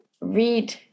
read